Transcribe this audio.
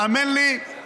האמן לי,